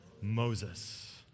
Moses